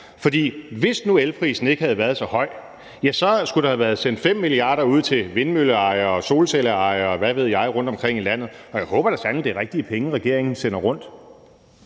for hvis nu elprisen ikke havde været så høj, skulle der have været sendt 5 mia. kr. ud til vindmølleejere og solcelleejere, og hvad ved jeg, rundtomkring i landet, og jeg håber da sandelig, at det er rigtige penge, regeringen sender rundt.